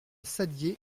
saddier